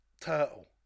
turtle